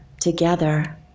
together